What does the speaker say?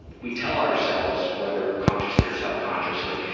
we tell ourselves, whether consciously or subconsciously,